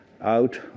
out